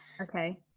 Okay